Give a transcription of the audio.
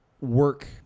work